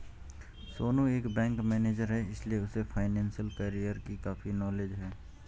सोनू एक bank manager है इसीलिए उसे फाइनेंशियल कैरियर की काफी नॉलेज है